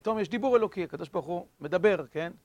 טוב, יש דיבור אלוקי, הקדוש ברוך הוא מדבר, כן?